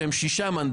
שהם 6 מנדטים.